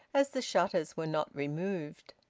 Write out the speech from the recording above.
as the shutters were not removed.